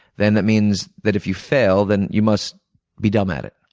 then that means that, if you fail, then you must be dumb at it.